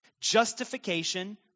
Justification